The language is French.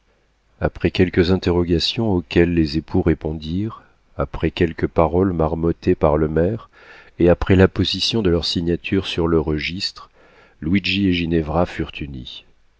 après quelques interrogations auxquelles les époux répondirent après quelques paroles marmottées par le maire et après l'apposition de leurs signatures sur le registre luigi et ginevra